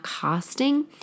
casting